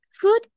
food